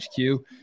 HQ